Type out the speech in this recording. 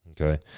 okay